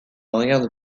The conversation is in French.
regarde